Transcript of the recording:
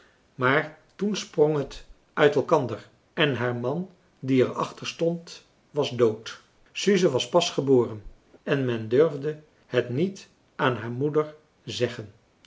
maar toen sprong het uit elkander en haar man die er achter stond was dood suze was pas geboren en men durfde het niet aan haar moeder zeggen